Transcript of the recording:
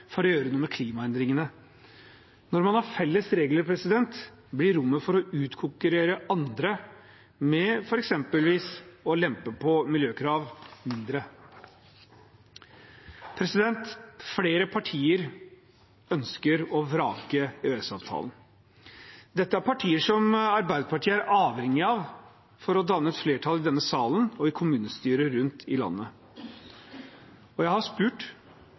for å gjøre noe med klimaendringene. Når man har felles regler, blir rommet for å utkonkurrere andre, f.eks. lempe på miljøkrav, mindre. Flere partier ønsker å vrake EØS-avtalen. Dette er partier som Arbeiderpartiet er avhengig av for å danne et flertall i denne salen og i kommunestyrer rundt i landet. Jeg har spurt: